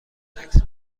عکس